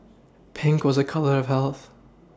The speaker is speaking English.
Pink was a colour of health